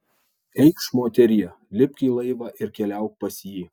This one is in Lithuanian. eikš moterie lipk į laivą ir keliauk pas jį